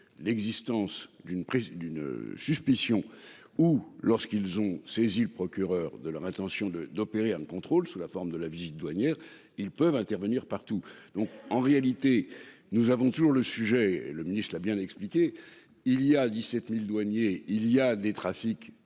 prise d'une suspicion ou lorsqu'ils ont saisi le procureur de leur intention de d'opérer un contrôle sous la forme de la visite douanières ils peuvent intervenir partout donc en réalité nous avons toujours le sujet le ministre il a bien expliqué, il y a 17.000 douaniers. Il y a des trafics